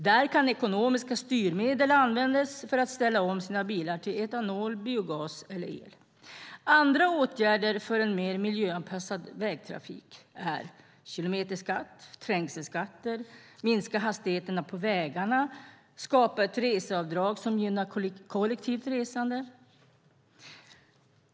Där kan ekonomiska styrmedel användas för att ställa om bilar till etanol, biogas eller el. Andra åtgärder för en mer miljöanpassad vägtrafik är kilometerskatt, trängselskatter, sänkta hastigheter på vägarna och att skapa ett reseavdrag som gynnar kollektivt resande.